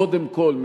קודם כול,